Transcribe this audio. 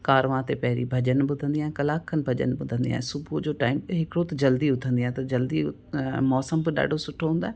कारवां ते पहिरीं भॼन ॿुधंदी आहियां कलाकु खनि भॼन ॿुधंदी आहियां सुबुह जो टाइम हिकिड़ो त जल्दी उथंदी आहियां त जल्दी मौसम त ॾाढो सुठो हूंदो आहे